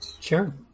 Sure